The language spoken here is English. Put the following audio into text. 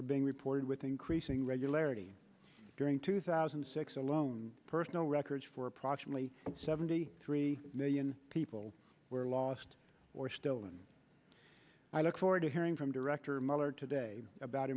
are being reported with increasing regularity during two thousand and six alone personal records for approximately seventy three million people were lost or stolen i look forward to hearing from director mueller today about